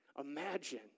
Imagine